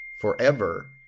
forever